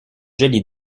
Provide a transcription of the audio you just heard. jolie